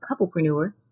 couplepreneur